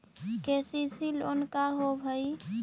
KCC loan का होब हइ?